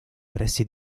pressi